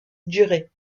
duret